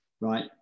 Right